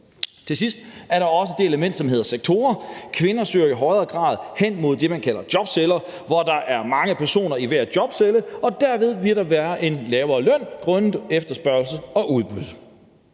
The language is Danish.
Til sidst er der også det element, som hedder sektorer. Kvinder søger i højere grad hen imod det, som man kalder jobceller, hvor der er mange personer i hver jobcelle, og hvor der derved vil være en lavere løn grundet efterspørgsel og udbud.